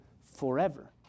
forever